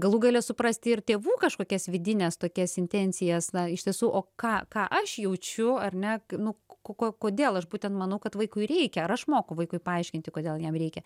galų gale suprasti ir tėvų kažkokias vidines tokias intencijas na iš tiesų o ką ką aš jaučiu ar ne nu ko ko kodėl aš būtent manau kad vaikui reikia ar aš moku vaikui paaiškinti kodėl jam reikia